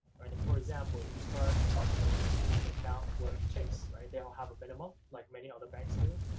right. if, for example, you start an account with chase, right, they don't have a minimum like many other banks do,